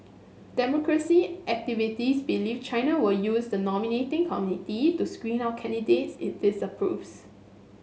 democracy activists believe China will use the nominating community to screen out candidates it disapproves